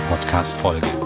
Podcast-Folge